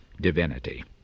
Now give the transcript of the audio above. divinity